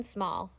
Small